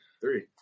Three